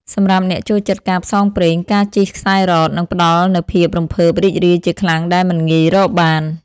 សម្រាប់អ្នកចូលចិត្តការផ្សងព្រេង ការជិះខ្សែរ៉កនឹងផ្ដល់នូវភាពរំភើបរីករាយជាខ្លាំងដែលមិនងាយរកបាន។